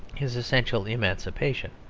his essential emancipation.